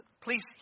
Please